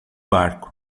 barco